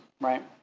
Right